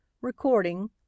Recording